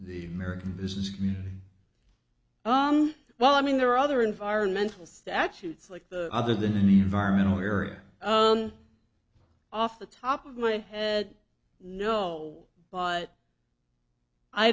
the american business community oh well i mean there are other environmental statutes like the other the new environmental area off the top of my head no but i